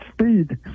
speed